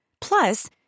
Plus